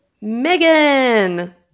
Megan